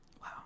Wow